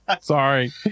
Sorry